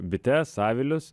bites avilius